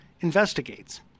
investigates